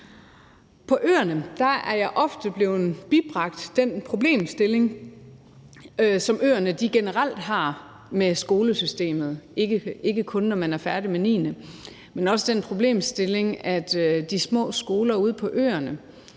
På øerne er jeg ofte blevet bibragt den problemstilling, som øerne generelt har med skolesystemet, ikke kun når man er færdig med 9. klasse, men også den problemstilling, at de små skoler ude på øerne